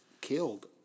killed